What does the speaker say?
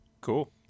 Cool